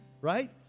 right